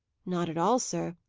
not at all, sir.